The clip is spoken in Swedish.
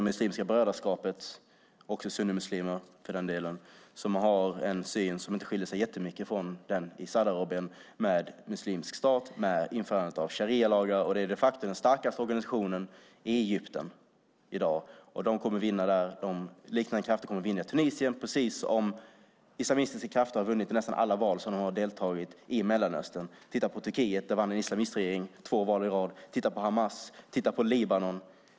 Muslimska brödraskapet och för den delen sunnimuslimer har en syn som inte skiljer sig jättemycket från den i Saudiarabien, med muslimsk stat och införandet av sharialagar, och det är de facto den starkaste organisationen i Egypten i dag. De kommer att vinna det här. Liknande krafter kommer att vinna i Tunisien, precis som islamistiska krafter har vunnit i nästan alla val som de har deltagit i i Mellanöstern. Titta på Turkiet. Där vann en islamistregering två val i rad. Titta på Hamas. Titta på Libanon.